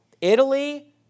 Italy